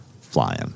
flying